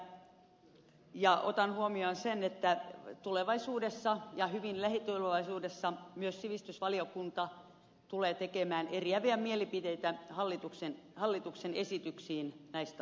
toivonkin ja otan huomioon sen että tulevaisuudessa ja hyvin lähitulevaisuudessa myös sivistysvaliokunta tulee tekemään eriäviä mielipiteitä hallituksen esityksiin näistä asioista